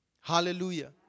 Hallelujah